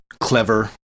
clever